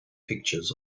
pictures